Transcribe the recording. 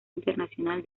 internacional